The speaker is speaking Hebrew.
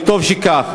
וטוב שכך,